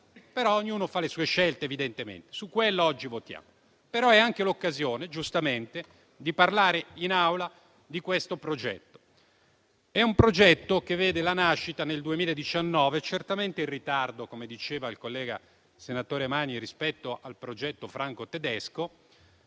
Però ognuno fa le sue scelte, evidentemente. Su quello oggi votiamo. È poi anche l'occasione, giustamente, di parlare in Aula di questo progetto. È un progetto che vede la nascita nel 2019, certamente in ritardo - come diceva il collega senatore Magni - rispetto al progetto franco-tedesco,